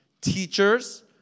teachers